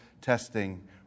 testing